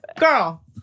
Girl